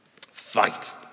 Fight